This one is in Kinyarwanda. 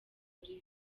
muri